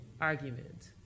argument